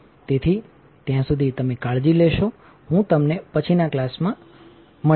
તેથી ત્યાં સુધી તમે કાળજી લેશો હું તમને પછીના ક્લાસ બાયમાં જોઈશ